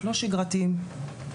לא שגרתיים.